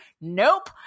Nope